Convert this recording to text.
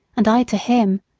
and i to him,